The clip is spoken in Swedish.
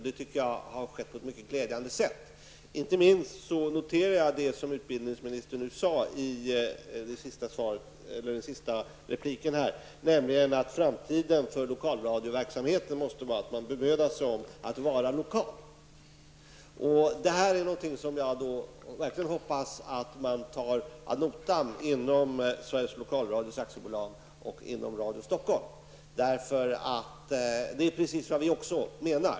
Det tycker jag har skett på ett mycket glädjande sätt. Inte minst noterar jag det som utbildningsministern sade i sitt senaste inlägg, nämligen att framtiden för lokalradioverksamheten måste vara att man bemödar sig om att vara lokal. Detta är något som jag verkligen hoppas att man tar ad notam inom Stockholm. Det är precis vad vi också menar.